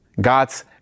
God's